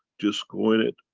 just go in it,